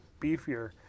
beefier